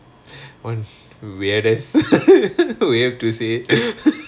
weirdest weird to say